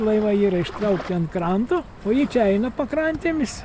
laivai yra ištraukti ant kranto o ji čia eina pakrantėmis